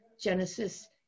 Genesis